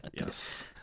Yes